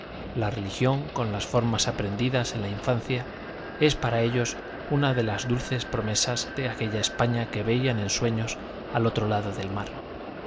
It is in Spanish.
la religión con las formas aprendidas en la infancia es para ellos una de las dulces promesas de aquella españa que veían en sueños al otro lado del mar